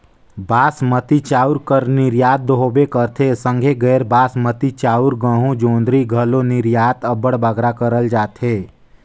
बासमती चाँउर कर निरयात दो होबे करथे संघे गैर बासमती चाउर, गहूँ, जोंढरी कर घलो निरयात अब्बड़ बगरा करल जाथे